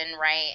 right